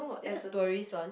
it's a tourist's one